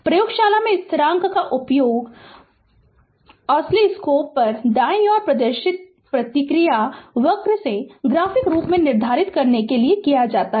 प्रयोगशाला में स्थिरांक का उपयोग ऑसिलोस्कोप पर दाईं ओर प्रदर्शित प्रतिक्रिया वक्र से ग्राफिक रूप से निर्धारित करने के लिए किया जाता है